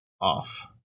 off